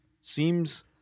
Seems